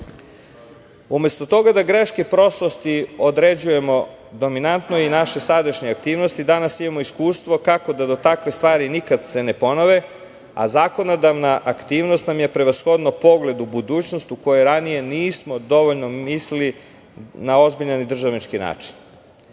godine. Umesto toga da greške prošlosti određujemo, dominantno je i naše sadašnje aktivnosti, jer danas imamo iskustvo kako da se takve stvari nikada ne ponove, a zakonodavna aktivnost nam je prevashodno pogled u budućnost, na koju ranije nismo dovoljno mislili na ozbiljan i državnički način.